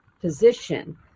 position